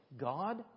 God